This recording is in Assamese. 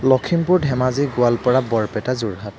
লখিমপুৰ ধেমাজি গোৱালপাৰা বৰপেটা যোৰহাট